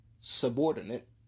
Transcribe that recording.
subordinate